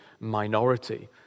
minority